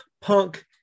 punk